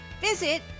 Visit